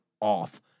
off